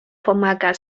pomaga